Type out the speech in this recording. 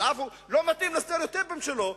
אבל עפו לא מתאים לסטריאוטיפים שלו,